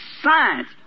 science